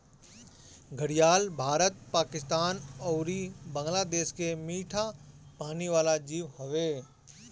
घड़ियाल भारत, पाकिस्तान अउरी बांग्लादेश के मीठा पानी वाला जीव हवे